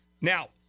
Now